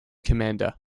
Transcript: commander